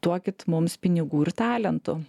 duokit mums pinigų ir talentų